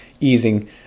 easing